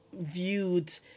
viewed